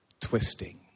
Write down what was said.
twisting